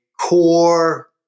core